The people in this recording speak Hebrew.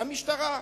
המשטרה.